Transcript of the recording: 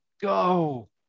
go